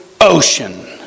ocean